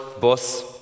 bus